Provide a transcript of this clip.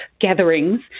gatherings